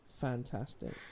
Fantastic